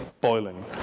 boiling